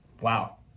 Wow